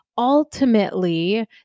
Ultimately